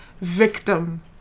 victim